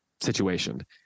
situation